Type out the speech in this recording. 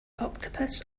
octopus